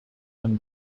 and